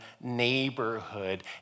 neighborhood